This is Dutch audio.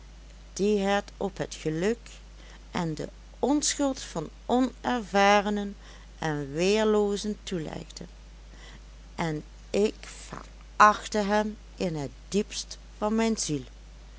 die het op het geluk en de onschuld van onervarenen en weerloozen toelegde en ik verachtte hem in het diepst van mijn ziel